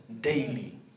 daily